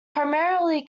primarily